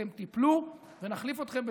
אתם תיפלו ונחליף אתכם.